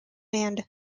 band